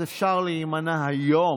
אז אפשר להימנע היום.